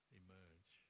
emerge